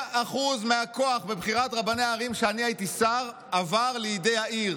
100% הכוח בבחירת רבני ערים עבר לידי העיר.